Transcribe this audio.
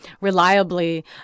reliably